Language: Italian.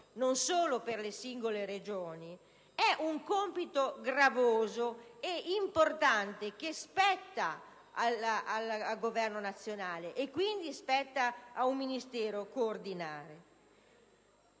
non solo per le singole Regioni, è un compito gravoso ed importante che spetta al Governo nazionale, e quindi ad un Ministero, coordinare.